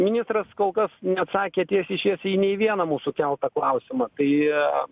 ministras kol kas neatsakė tiesiai šviesiai ne į vieną mūsų keltą klausimą tai